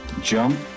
jump